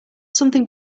something